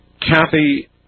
Kathy